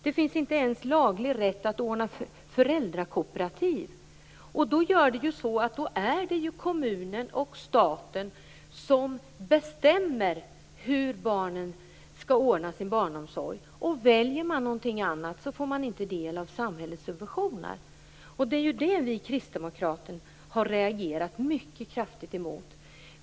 Man har inte ens laglig rätt att anordna ett föräldrakooperativ. Det är kommunen och staten som bestämmer hur föräldrarna skall ordna sin barnomsorg. Väljer man någonting annat får man inte del av samhällets subventioner. Det är detta som vi kristdemokrater har reagerat mycket kraftigt mot.